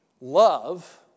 Love